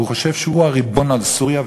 והוא חושב שהוא הריבון על סוריה,